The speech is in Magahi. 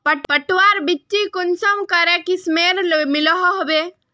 पटवार बिच्ची कुंसम करे किस्मेर मिलोहो होबे?